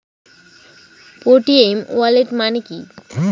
Paytm wallet মানে কি?